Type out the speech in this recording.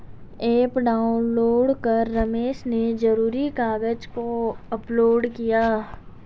app download कर रमेश ने ज़रूरी कागज़ को अपलोड किया